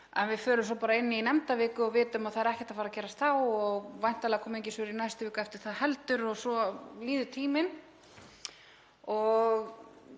en svo förum við bara inn í kjördæmaviku og vitum að það er ekkert að fara að gerast þá og væntanlega koma engin svör í vikunni eftir það heldur og svo líður tíminn.